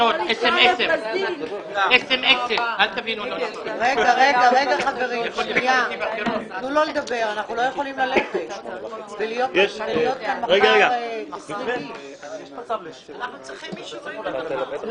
בשעה 15:55.